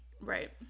Right